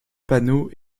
panneau